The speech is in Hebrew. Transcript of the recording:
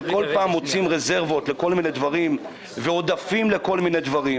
שכל פעם מוצאים רזרוות לכל מיני דברים ועודפים לכל מיני דברים